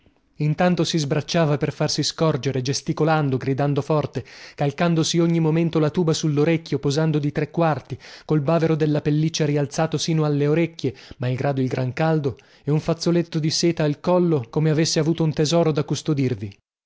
intanto si sbracciava per farsi scorgere gesticolando gridando forte calcandosi ogni momento la tuba sullorecchio posando di tre quarti col bavero della pelliccia rialzato sino alle orecchie malgrado il gran caldo e un fazzoletto di seta al collo come avesse avuto un tesoro da custodirvi